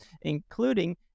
including